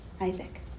Isaac